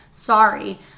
Sorry